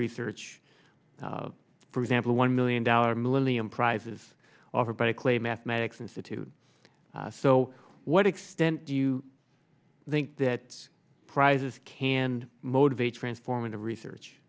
research for example one million dollar million prizes offered by a clay mathematics institute so what extent do you think that prizes can motivate transform into research